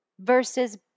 Versus